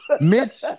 Mitch